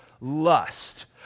lust